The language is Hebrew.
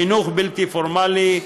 חינוך בלתי פורמלי,